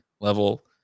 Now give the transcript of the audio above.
level